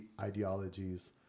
ideologies